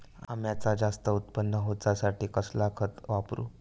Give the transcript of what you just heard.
अम्याचा जास्त उत्पन्न होवचासाठी कसला खत वापरू?